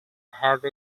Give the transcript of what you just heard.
have